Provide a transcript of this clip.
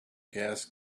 gas